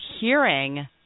hearing